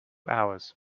hours